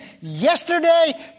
yesterday